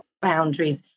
boundaries